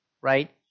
Right